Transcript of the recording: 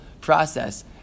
process